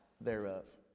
thereof